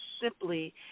simply